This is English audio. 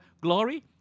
glory